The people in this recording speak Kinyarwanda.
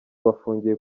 bafungiye